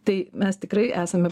tai mes tikrai esame